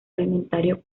alimentario